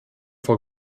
vor